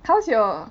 how's your